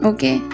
Okay